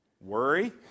worry